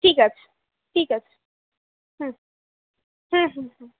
ঠিক আছে ঠিক আছে হ্যাঁ হ্যাঁ হ্যাঁ হ্যাঁ